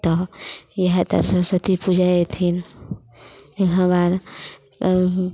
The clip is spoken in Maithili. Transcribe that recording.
तऽ इएह तब सरस्वती पूजा एथिन तेकर बाद